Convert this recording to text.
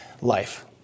life